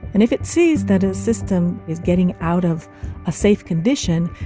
and if it sees that a system is getting out of a safe condition,